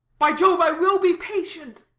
by jove, i will be patient.